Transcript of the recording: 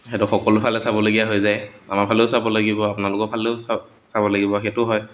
সেইটো সকলোফালে চাবলগীয়া হৈ যায় আমাৰফালেও চাব লাগিব আপোনালোকৰ ফালেও চা চাব লাগিব সেইটো হয়